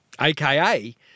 aka